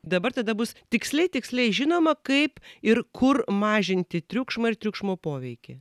dabar tada bus tiksliai tiksliai žinoma kaip ir kur mažinti triukšmą ir triukšmo poveikį